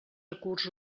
recurs